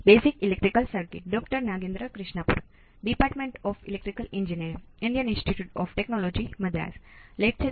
તેથી આને step response ને સ્ટેપ તરીકે લેવામાં આવે છે